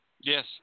yes